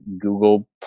Google